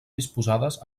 disposades